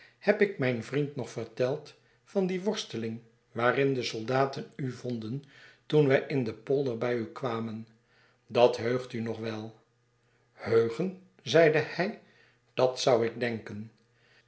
heb ik mijn vriend nog verteld van die worsteling waarin de soldaten u vonden toen wij in den polder bij u kwamen dat heugt u nog wel heugen zeide hij dat zou ik denken